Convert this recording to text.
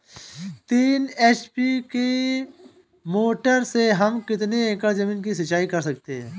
तीन एच.पी की मोटर से हम कितनी एकड़ ज़मीन की सिंचाई कर सकते हैं?